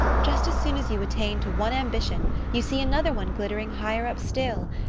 just as soon as you attain to one ambition you see another one glittering higher up still.